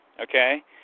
Okay